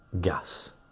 gas